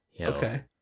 Okay